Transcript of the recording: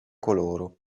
coloro